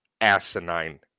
asinine